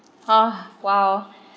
ah !wow!